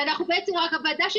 ורק הוועדה,